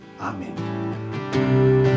Amen